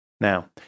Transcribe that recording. Now